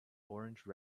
orange